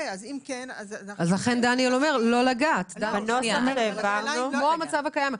ולכן דניאל אומר לא לגעת בזה אלא להשאיר את המצב הקיים.